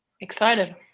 Excited